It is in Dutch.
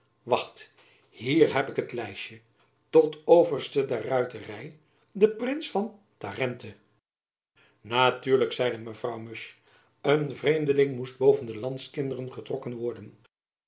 wacht hier heb ik het lijstjen tot overste der ruitery den prins van tarente natuurlijk zeide mevrouw musch een vreemdeling moest boven de landskinderen getrokken worden